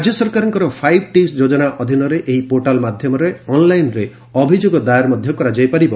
ରାଜ୍ୟ ସରକାରଙ୍କ five T ଯୋଜନା ଅଧୀନରେ ଏହି ପୋର୍ଟାଲ ମାଧ୍ୟମରେ ଅନ୍ଲାଇନରେ ଅଭିଯୋଗ ଦାୟାର ମଧ୍ୟ କରାଯାଇ ପାରିବ